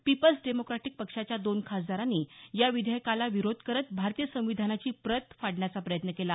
people's Democratic पक्षाच्या दोन खासदारांनी या विधेयकाचा विरोध करत भारतीय संविधानाची प्रत फाडण्याचा प्रयत्न केला